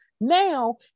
now